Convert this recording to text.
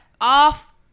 Off